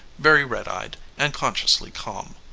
very red-eyed, and consciously calm.